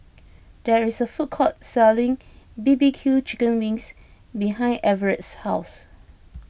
there is a food court selling B B Q Chicken Wings behind Everet's house